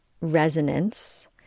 resonance